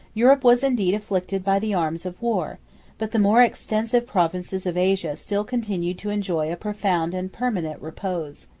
europe was indeed afflicted by the arms of war but the more extensive provinces of asia still continued to enjoy a profound and permanent repose.